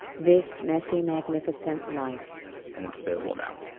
this messy, magnificent life and it's available now.